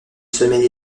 semaine